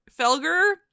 Felger